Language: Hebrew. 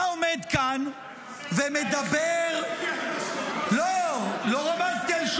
אתה עומד כאן ומדבר --- אני מבקש הודעה אישית.